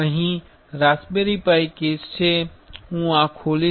અહીં raspberry pie case છે હું આ ખોલીશ